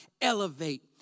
elevate